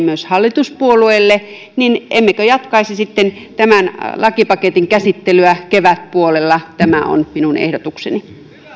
myös hallituspuolueille niin emmekö jatkaisi sitten tämän lakipaketin käsittelyä kevätpuolella tämä on minun ehdotukseni